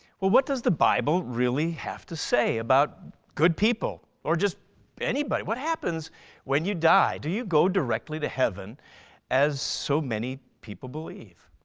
well what does the bible really have to say about good people or just anybody? what happens when you die? do you go directly to heaven as so many people believe?